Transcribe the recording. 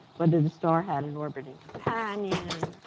whether the star had an orbiting companion,